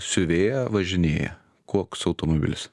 siuvėja važinėja koks automobilis